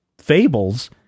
fables